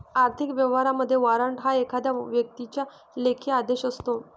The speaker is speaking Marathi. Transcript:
आर्थिक व्यवहारांमध्ये, वॉरंट हा एखाद्या व्यक्तीचा लेखी आदेश असतो